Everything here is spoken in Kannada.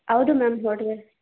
ಹೌದು ಮ್ಯಾಮ್ ಒಡವೆ